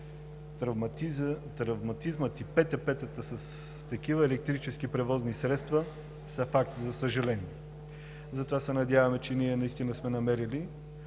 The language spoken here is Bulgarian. травматизмът и ПТП-тата с такива електрически превозни средства са факт, за съжаление. Затова се надяваме, че ние наистина сме намерили